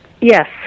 Yes